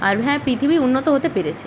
আর হ্যাঁ পৃথিবী উন্নত হতে পেরেছে